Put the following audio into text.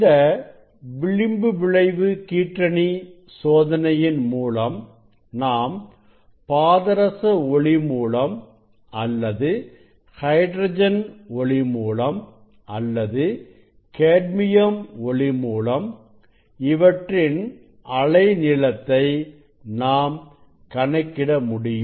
இந்த விளிம்பு விளைவு கீற்றணி சோதனையின் மூலம் நாம் பாதரச ஒளி மூலம் அல்லது ஹைட்ரஜன் ஒளிமூலம் அல்லது கேட்மியம் ஒளி மூலம் இவற்றின் அலை நீளத்தை நாம் கணக்கிட முடியும்